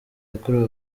yakorewe